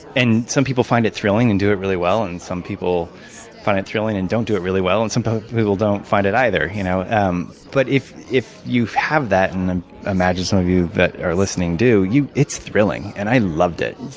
and some people find it thrilling and do it really well. and some people find it thrilling and don't do it really well. and some people don't find it either. you know um but if if you have that, and i imagine some of you that are listening do, it's thrilling. and i loved it.